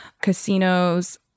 casinos